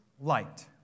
light